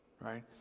right